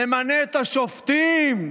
נמנה את השופטים,